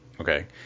Okay